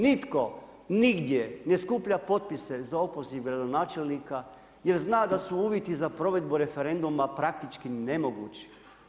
Nitko nigdje ne skuplja potpise za opoziv gradonačelnika jer zna da su uvjeti za provedbu referenduma praktički nemoguće.